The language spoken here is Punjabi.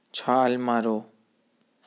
ਛਾਲ ਮਾਰੋ